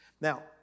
Now